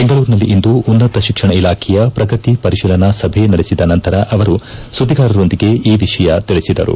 ಬೆಂಗಳೂರಿನಲ್ಲಿಂದು ಉನ್ನತ ಶಿಕ್ಷಣ ಇಲಾಖೆಯ ಪ್ರಗತಿ ಪರಿಶೀಲನಾ ಸಭೆ ನಡೆಸಿದ ನಂತರ ಅವರು ಸುಧಿಗಾರರಿಗೆ ಈ ವಿಪಯ ತಿಳಿಸಿದರು